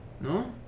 No